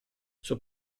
suo